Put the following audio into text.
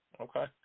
Okay